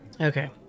Okay